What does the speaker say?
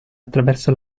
attraverso